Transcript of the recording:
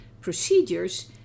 procedures